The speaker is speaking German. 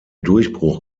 durchbruch